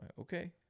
okay